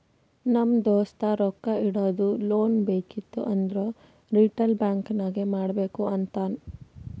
ನಮ್ ದೋಸ್ತ ರೊಕ್ಕಾ ಇಡದು, ಲೋನ್ ಬೇಕಿತ್ತು ಅಂದುರ್ ರಿಟೇಲ್ ಬ್ಯಾಂಕ್ ನಾಗೆ ಮಾಡ್ಬೇಕ್ ಅಂತಾನ್